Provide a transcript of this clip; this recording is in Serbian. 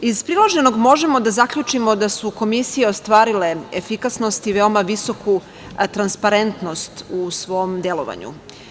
Iz priloženog možemo da zaključimo da su komisije ostvarile efikasnost i veoma visoku transparentnost u svom delovanju.